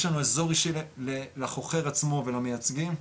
יש לנו אזור אישי לחוכר עצמו ולמייצגים.